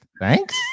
Thanks